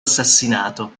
assassinato